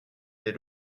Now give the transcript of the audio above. des